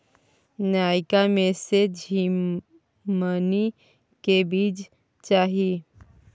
नयका में से झीमनी के बीज चाही?